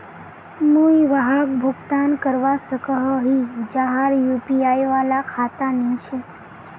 मुई वहाक भुगतान करवा सकोहो ही जहार यु.पी.आई वाला खाता नी छे?